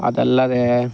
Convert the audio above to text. ಅದಲ್ಲದೇ